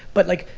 but like,